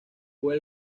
fue